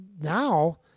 now